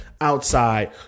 outside